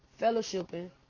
fellowshipping